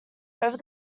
over